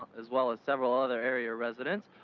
as well as several other area residents,